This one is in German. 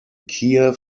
kiew